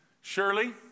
Surely